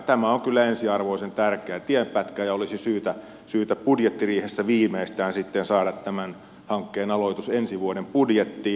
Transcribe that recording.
tämä on kyllä ensiarvoisen tärkeä tienpätkä ja olisi syytä budjettiriihessä viimeistään sitten saada tämän hankkeen aloitus ensi vuoden budjettiin